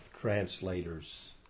translators